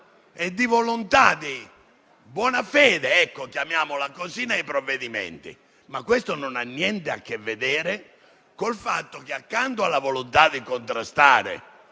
e di volontà, di buona fede - chiamiamola così - nei provvedimenti. Ma questo non ha niente a che vedere col fatto che, accanto alla volontà di contrastare